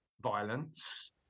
violence